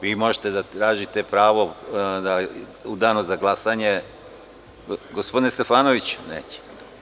Vi možete da tražite pravo da u Danu za glasanje, gospodine Stefanoviću…